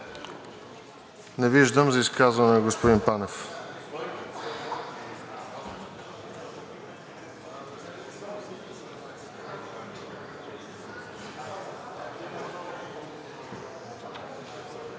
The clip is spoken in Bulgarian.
Не виждам. За изказване – господин Панев.